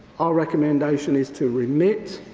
our recommendation is to remit.